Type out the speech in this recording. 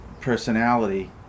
personality